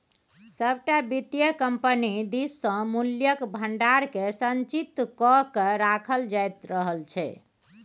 सभटा वित्तीय कम्पनी दिससँ मूल्यक भंडारकेँ संचित क कए राखल जाइत रहल छै